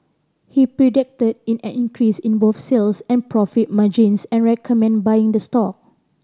he predicted in an increase in both sales and profit margins and recommended buying the stock